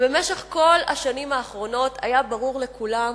במשך כל השנים האחרונות היה ברור לכולם